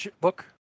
book